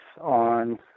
on